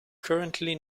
currently